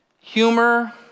humor